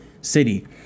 city